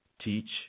teach